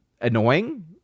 annoying